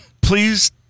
please